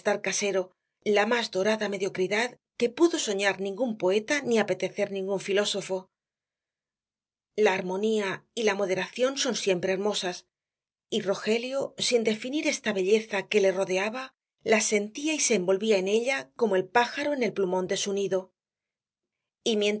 casero la más dorada mediocridad que pudo soñar ningún poeta ni apetecer ningún filósofo la armonía y la moderación son siempre hermosas y rogelio sin definir esta belleza que le rodeaba la sentía y se envolvía en ella como el pájaro en el plumón de su nido